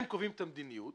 הם קובעים את המדיניות